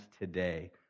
today